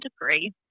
degree